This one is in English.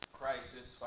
crisis